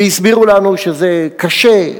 והסבירו לנו שזה קשה,